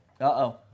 Uh-oh